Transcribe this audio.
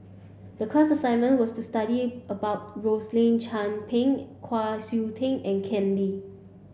the class assignment was to study about Rosaline Chan Pang Kwa Siew Tee and Ken Lim